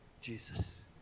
Jesus